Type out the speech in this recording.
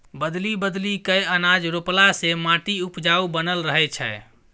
बदलि बदलि कय अनाज रोपला से माटि उपजाऊ बनल रहै छै